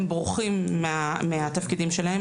הם בורחים מהתפקידים שלהם,